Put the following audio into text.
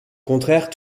contraire